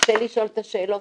קשה לשאול את השאלות,